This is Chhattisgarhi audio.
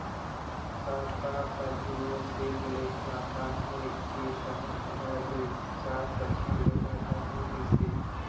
त का करही ओ सेठ ले हलाकान होए के सहर भागय गइस, चार बछर ले जादा हो गइसे